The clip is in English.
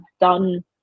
done